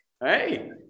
Hey